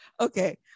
Okay